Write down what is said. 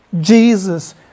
Jesus